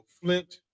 Flint